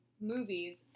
movies